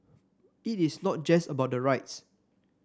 it is not just about the rights